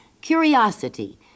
Curiosity